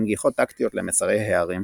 עם גיחות טקטיות למצרי ההרים.